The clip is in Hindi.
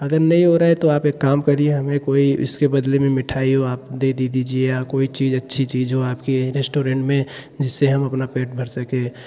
अगर नहीं हो रहा है तो आप एक काम करिए हमें कोई इसके बदले में मिठाई हो आप दे दे दीजिए या कोई चीज़ अच्छी चीज़ जो आपकी रेस्टोरेंट में जिससे हम अपना पेट भर सकें